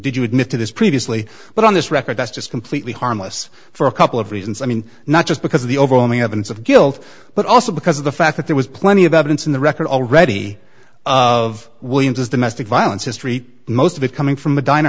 did you admit to this previously but on this record that's just completely harmless for a couple of reasons i mean not just because of the overwhelming evidence of guilt but also because of the fact that there was plenty of evidence in the record already of williams's domestic violence history most of it coming from the diner